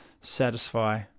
satisfy